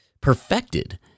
perfected